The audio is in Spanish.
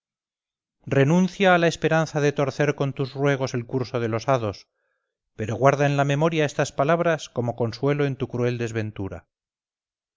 renuncia a la esperanza de torcer con tus ruegos el curso de los hados pero guarda en la memoria estas palabras como consuelo en tu cruel desventura